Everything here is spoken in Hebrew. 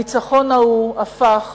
הניצחון ההוא הפך